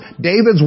David's